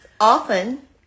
often